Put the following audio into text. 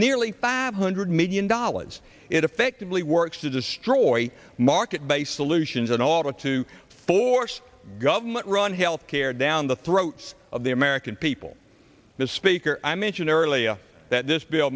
nearly five hundred million dollars it effectively works to destroy market based solutions in order to force government run health care down the throats of the american people the speaker i mentioned earlier that this bill